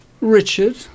Richard